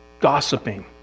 gossiping